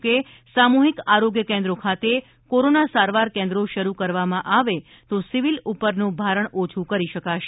હતુ કે સામુહિક આરોગ્યા કેન્દ્રો ખાતે કોરોના સારવાર કેન્દ્રો શરૂ કરવામાં આવે તો સિવિલ ઉપરનું ભારણ ઓછું કરી શકાશે